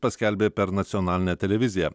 paskelbė per nacionalinę televiziją